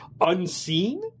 unseen